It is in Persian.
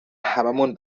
هممون